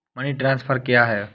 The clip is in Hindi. मनी ट्रांसफर क्या है?